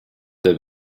der